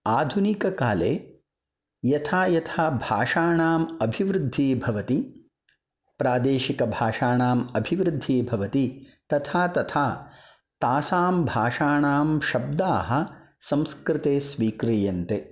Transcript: आधुनिककाले यथा यथा भाषाणाम् अभिवृद्धि भवति प्रादेशिकभाषाणाम् अभिवृद्धि भवति तथा तथा तासां भाषाणां शब्दाः संस्कृते स्वीक्रियन्ते